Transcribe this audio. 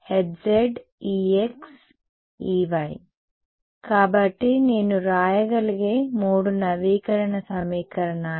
H z Ex Ey కాబట్టి నేను వ్రాయగలిగే మూడు నవీకరణ సమీకరణాలు